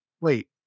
Wait